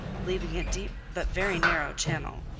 leaving a deep but very narrow channel,